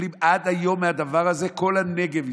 שסובלים עד היום מהדבר הזה, כל הנגב יסבול,